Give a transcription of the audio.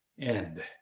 end